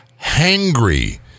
hangry